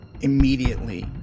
Immediately